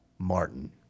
Martin